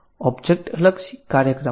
object લક્ષી કાર્યક્રમો છે